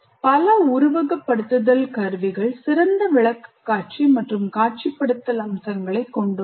பல உருவகப்படுத்துதல் கருவிகள் சிறந்த விளக்கக்காட்சி மற்றும் காட்சிப்படுத்தல் அம்சங்களைக் கொண்டுள்ளன